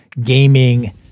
gaming